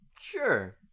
sure